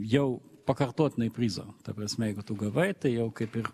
jau pakartotinai prizo ta prasme jeigu tu gavai tai jau kaip ir